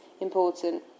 important